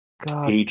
God